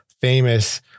famous